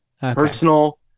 Personal